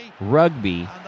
rugby